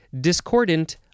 discordant